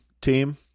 team